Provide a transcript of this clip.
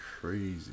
crazy